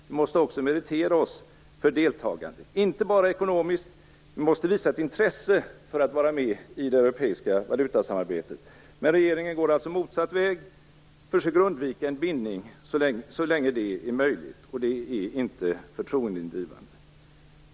Vi måste meritera oss för deltagande inte bara ekonomiskt - vi måste också visa ett intresse för att vara med i det europeiska valutasamarbetet. Men regeringen går alltså motsatt väg och försöker undvika en bindning så länge det är möjligt. Det är inte förtroendeingivande.